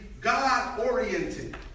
God-oriented